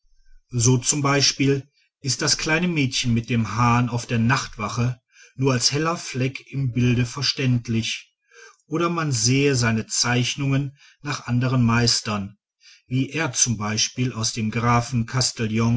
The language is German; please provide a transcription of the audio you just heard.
so z b ist das kleine mädchen mit dem hahn auf der nachtwache nur als heller fleck im bilde verständlich oder man sehe seine zeichnungen nach anderen meistern wie er z b aus dem grafen